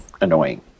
annoying